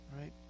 right